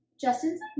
Justin's